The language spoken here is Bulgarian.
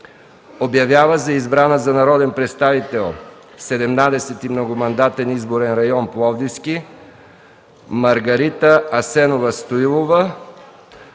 Обявява за избран за народен представител в 17. многомандатен изборен район Пловдивски Маргарита Асенова Стоилова,